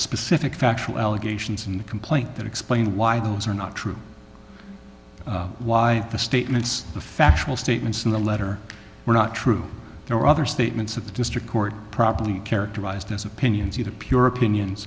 specific factual allegations in the complaint that explain why those are not true why the statements the factual statements in the letter were not true there were other statements that the district court properly characterized as opinions either pure opinions